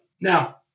Now